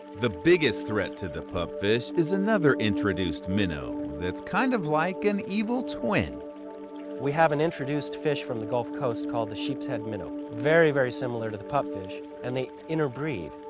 the biggest threat to the pupfish is another introduced minnow, that's kind of like an evil twin. ken we have an introduced fish from the gulf coast called the sheepshead minnow, very, very similar to the pupfish and they interbreed.